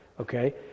Okay